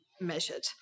measured